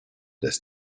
this